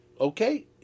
okay